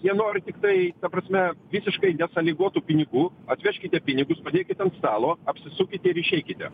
jie nori tiktai ta prasme visiškai nesąlygotų pinigų atvežkite pinigus padėkit ant stalo apsisukite ir išeikite